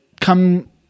come